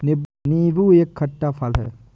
नीबू एक खट्टा फल है